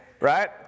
Right